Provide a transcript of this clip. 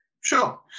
sure